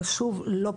חשוב לא פחות.